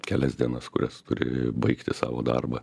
kelias dienas kurias turi baigti savo darbą